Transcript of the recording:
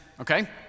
okay